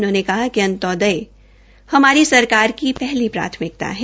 उन्होंने कहा कि अंत्योदय हमारी सरकार की पहली प्राथमिकता है